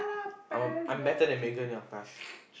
I I'm better than Megan at a lot of task